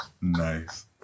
Nice